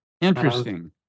Interesting